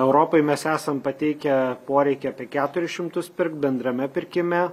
europai mes esam pateikę poreikį apie keturi šimtus pirkt bendrame pirkime